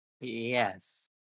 Yes